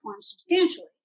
substantially